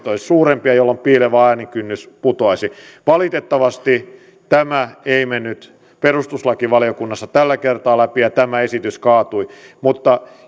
olisivat suurempia ja jolloin piilevä äänikynnys putoaisi valitettavasti tämä ei mennyt perustuslakivaliokunnassa tällä kertaa läpi ja tämä esitys kaatui mutta